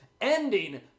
ending